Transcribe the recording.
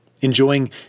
enjoying